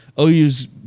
OU's